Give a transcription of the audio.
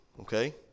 Okay